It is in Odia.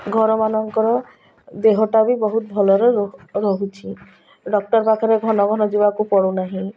ଘରମାନଙ୍କର ଦେହଟା ବି ବହୁତ ଭଲରେ ରହୁଛି ଡ଼କ୍ଟର୍ ପାଖରେ ଘନ ଘନ ଯିବାକୁ ପଡ଼ୁନାହିଁ